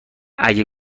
اگه